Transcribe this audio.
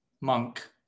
monk